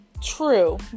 True